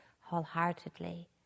wholeheartedly